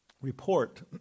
Report